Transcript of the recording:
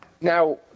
Now